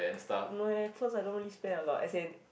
no eh cause I don't really spend a lot as in